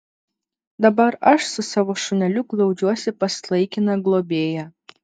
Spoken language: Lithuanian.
dabar aš su savo šuneliu glaudžiuosi pas laikiną globėją